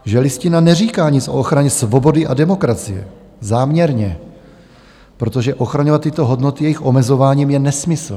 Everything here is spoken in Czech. Že Listina neříká nic o ochraně svobody a demokracie, záměrně, protože ochraňovat tyto hodnoty jejich omezováním je nesmysl.